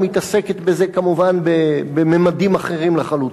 מתעסקת בזה כמובן בממדים אחרים לחלוטין.